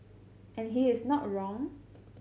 and he is not wrong